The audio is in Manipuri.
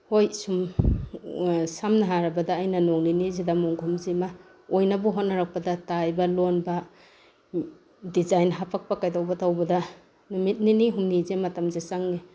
ꯍꯣꯏ ꯁꯨꯝ ꯁꯝꯅ ꯍꯥꯏꯔꯕꯗ ꯑꯩꯅ ꯅꯣꯡ ꯅꯤꯅꯤꯁꯤꯗ ꯃꯣꯟꯈꯨꯝꯁꯤꯃ ꯑꯣꯏꯅꯕ ꯍꯣꯠꯅꯔꯛꯄꯗ ꯇꯥꯏꯕ ꯂꯣꯟꯕ ꯗꯤꯖꯥꯏꯟ ꯍꯥꯞꯄꯛꯄ ꯀꯩꯗꯧꯕ ꯇꯧꯕꯗ ꯅꯨꯃꯤꯠ ꯅꯤꯅꯤ ꯍꯨꯝꯅꯤꯁꯦ ꯃꯇꯝꯁꯦ ꯆꯪꯏ